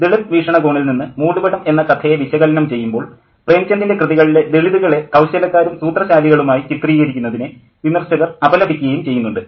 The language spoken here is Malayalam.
ദളിത് വീക്ഷണകോണിൽ നിന്ന് മൂടുപടം എന്ന കഥയെ വിശകലനം ചെയ്യുമ്പോൾ പ്രേംചന്ദിൻ്റെ കൃതികളിലെ ദളിതുകളെ കൌശലക്കാരും സൂത്രശാലികളുമായി ചിത്രീകരിക്കുന്നതിനെ വിമർശകർ അപലപിക്കുകയും ചെയ്യുന്നുണ്ട്